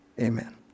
Amen